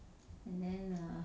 and then err